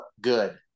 good